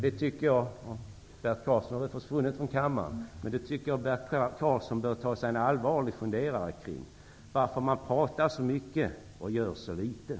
Jag tycker att Bert Karlsson -- han har nu försvunnit från kammaren -- bör ta sig en allvarlig funderare kring varför man pratar så mycket och gör så litet.